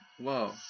Whoa